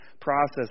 process